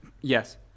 yes